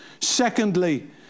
Secondly